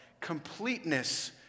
completeness